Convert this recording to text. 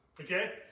Okay